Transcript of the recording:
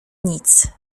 nic